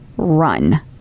Run